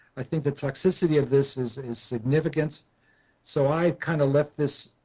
i think that so acidity of this is is significant so i kind of left this